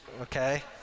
okay